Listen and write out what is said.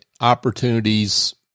opportunities